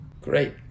Great